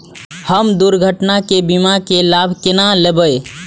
हम दुर्घटना के बीमा के लाभ केना लैब?